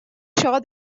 sure